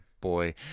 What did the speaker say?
boy